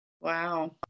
Wow